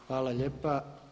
Hvala lijepa.